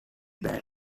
band